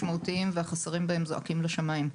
משמעותיים והחסרים בהם זועקים לשמיים.